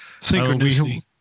Synchronicity